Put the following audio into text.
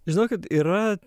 žinokit yra